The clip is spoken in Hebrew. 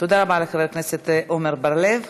תודה רבה לחבר הכנסת עמר בר-לב.